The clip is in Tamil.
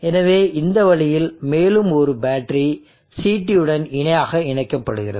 எனவே இந்த வழியில் மேலும் ஒரு பேட்டரி CT உடன் இணையாக இணைக்கப்படுகிறது